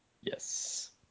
yes